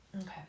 Okay